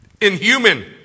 inhuman